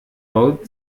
baut